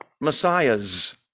Messiahs